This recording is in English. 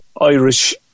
Irish